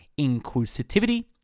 inclusivity